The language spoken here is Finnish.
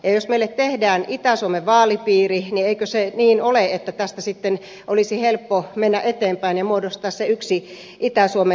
jos meille tehdään itä suomen vaalipiiri niin eikö se niin ole että tästä sitten olisi helppo mennä eteenpäin ja muodostaa se yksi itä suomen maakunta